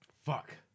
Fuck